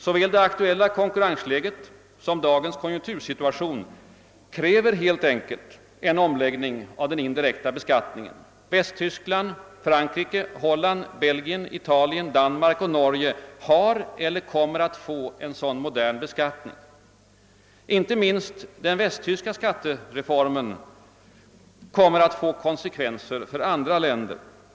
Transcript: Såväl det aktuella konkurrensläget som dagens konjunktursituation kräver helt enkelt en omläggning av den indirekta beskattningen. Västtyskland, Frankrike, Holland, Belgien, Italien, Danmark och Norge har eller kommer att få en sådan modern beskattning. Inte minst den västtyska skattereformen kommer att få konsekvenser för andra länder.